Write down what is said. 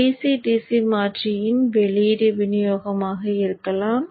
dc dc மாற்றியின் வெளியீடு விநியோகமாக இருக்கலாம்